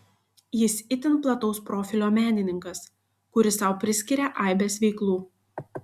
jis itin plataus profilio menininkas kuris sau priskiria aibes veiklų